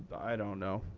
i don't know,